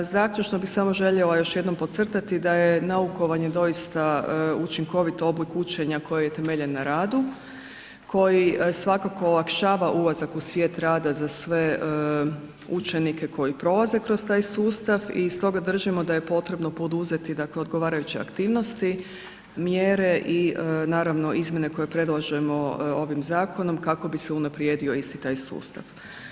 Zaključno bih samo željela još jednom podcrtati da je naukovanje doista učinkovit oblik učenja koji je temeljen na radi koji svakako olakšava ulazak u svijet rada za sve učenike koji prolaze kroz taj sustav i stoga držimo da je potrebo poduzeti odgovarajuće aktivnosti, mjere i naravno, izmjene koje predlažemo ovim zakonom kako bi se unaprijedio isti taj sustav.